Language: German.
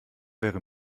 wäre